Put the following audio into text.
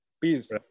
Please